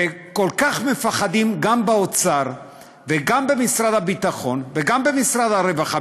וכל כך מפחדים גם באוצר וגם במשרד הביטחון וגם במשרד הרווחה,